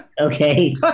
Okay